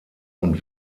und